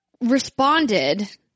responded